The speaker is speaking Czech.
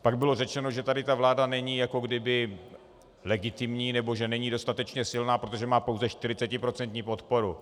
Pak bylo řečeno, že tady ta vláda není jako kdyby legitimní nebo že není dostatečně silná, protože má pouze 40procentní podporu.